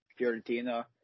Fiorentina